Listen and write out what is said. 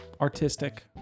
artistic